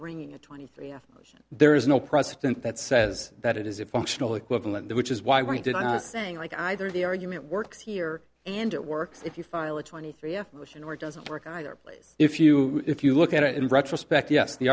bringing a twenty three f there is no president that says that it is a functional equivalent which is why we did not saying like either the argument works here and it works if you file a twenty three f motion or it doesn't work either place if you if you look at it in retrospect yes the